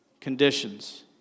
conditions